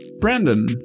Brandon